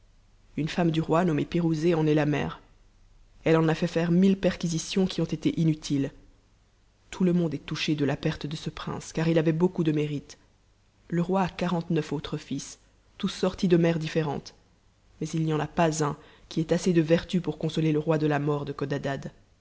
une femme du roi nommée pirouzé en est a mère elle en a fait faire mille perquisitions qui ont été inutiles tout te monde est touché de la perte de ce prince car il avait beaucoup de mérite le roi a quarante-neuf autres fils tous sortis de mères diuerentes mais il n'y en a pas un qui ait assez de vertu pour consoler le roi de la mort de